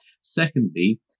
Secondly